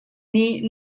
nih